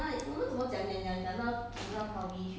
everything you can buy here already